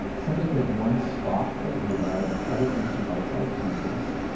simply take one stalk of rhubarb, cut it into bite-size pieces,